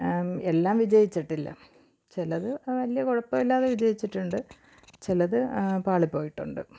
എല്ലാം വിജയിച്ചിട്ടില്ല ചിലത് വലിയ കുഴപ്പമില്ലാതെ വിജയിച്ചിട്ടുണ്ട് ചിലത് പാളിപ്പോയിട്ടുണ്ട്